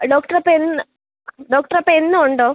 ഡോക്ടറപ്പോൾ എന്ന് ഡോക്ടറപ്പോൾ എന്നും ഉണ്ടോ